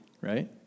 right